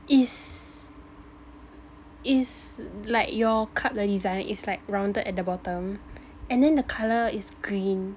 is is like your cup nya design is like rounded at the bottom and then the colour is green